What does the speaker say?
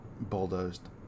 Bulldozed